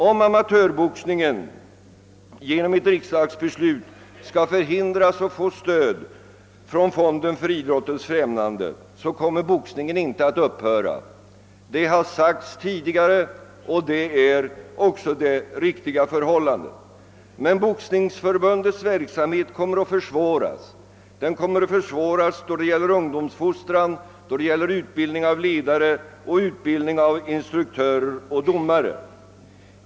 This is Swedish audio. Om amatörboxningen genom ett riksdagsbeslut skulle fråntas sitt stöd från fonden för idrottens befrämjande kommer boxningen därmed inte att upphöra. Det har sagts tidigare, och det är också det riktiga förhållandet. Men Boxningsförbundets verksamhet, då det gäller ungdomsfostran, utbildning av ledare, instruktörer och domare, kommer att försvåras.